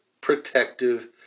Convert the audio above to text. protective